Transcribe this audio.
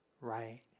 right